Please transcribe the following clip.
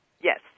Yes